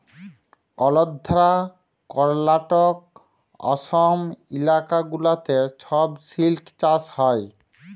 আল্ধ্রা, কর্লাটক, অসম ইলাকা গুলাতে ছব সিল্ক চাষ হ্যয়